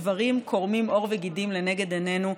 הדברים קורמים עור וגידים לנגד עינינו,